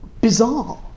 bizarre